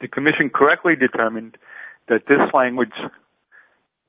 the commission correctly determined that this language